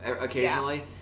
occasionally